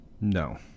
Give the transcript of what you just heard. no